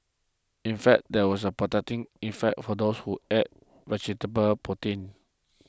in fact there was a protecting effect for those who ate vegetable protein